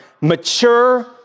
mature